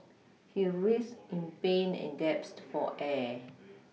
he writhed in pain and gasped for air